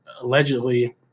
allegedly